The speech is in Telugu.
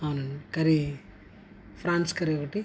అవును కర్రీ ఫ్రాన్స్ కర్రీ ఒకటి